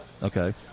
Okay